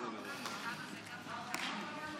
לסוריה תשלח אותו.